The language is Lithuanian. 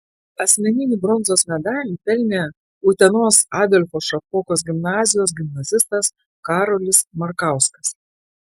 asmeninį bronzos medalį pelnė utenos adolfo šapokos gimnazijos gimnazistas karolis markauskas